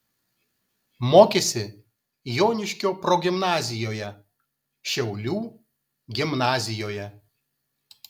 mokėsi joniškio progimnazijoje šiaulių gimnazijoje